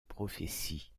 prophétie